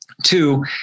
Two